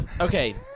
okay